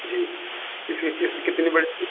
जी इसकी किश्त कितनी पड़ती है